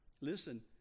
Listen